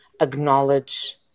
acknowledge